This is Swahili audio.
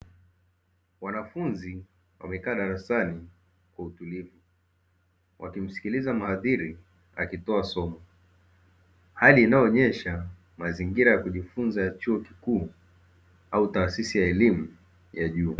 Wanafunzi wamekaa darasani kwa utulivu wakimsikiliza muhadhiri akitoa somo. Hali inayoonesha mazingira ya kujifunza ya chuo kikuu au taasisi ya elimu ya juu.